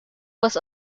was